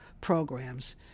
programs